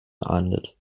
geahndet